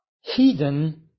heathen